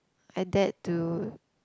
I dared to